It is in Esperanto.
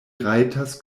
rajtas